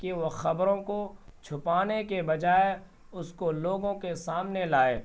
کہ وہ خبروں کو چھپانے کے بجائے اس کو لوگوں کے سامنے لائے